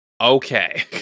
Okay